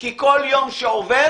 כי כל יום שעובר,